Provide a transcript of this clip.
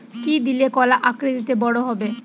কি দিলে কলা আকৃতিতে বড় হবে?